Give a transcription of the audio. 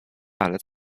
ale